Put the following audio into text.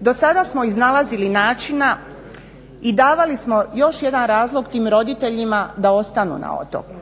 Dosada smo iznalazili načina i davali smo još jedan razlog tim roditeljima da ostanu na otoku.